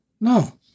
No